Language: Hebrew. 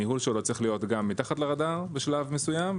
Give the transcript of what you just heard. הניהול שלו צריך להיות גם מתחת לרדאר בשלב מסוים,